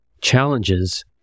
challenges